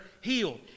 healed